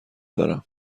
دارم